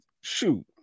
shoot